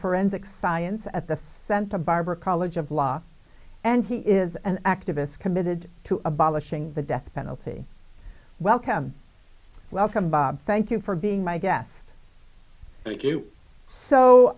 forensic science at the center barber college of law and he is an activist committed to abolishing the death penalty welcome welcome bob thank you for being my gues